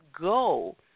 go